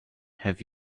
have